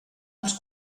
als